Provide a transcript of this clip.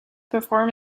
perform